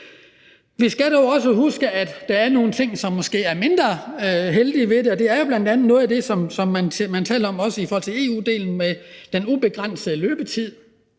Vi skal dog også huske, at der er nogle ting, som måske er mindre heldige ved det, og det er jo bl.a. noget af det, som man taler om i forhold til EU-delen med den ubegrænsede løbetid.